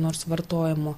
nors vartojimo